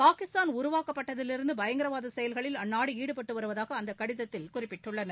பாகிஸ்தான் உருவாக்கப்பட்டதிலிருந்து பயங்கரவாத செயல்களில் அந்நாடு ஈடுபட்டு வருவதாக அந்த கடிதத்தில் குறிப்பிட்டுள்ளனர்